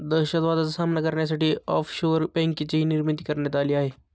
दहशतवादाचा सामना करण्यासाठी ऑफशोअर बँकेचीही निर्मिती करण्यात आली आहे